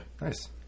Nice